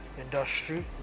industry